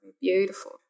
beautiful